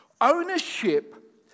Ownership